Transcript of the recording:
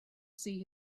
see